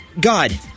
God